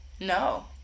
No